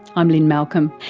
i'm lynne malcolm.